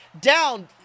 down